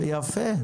יפה.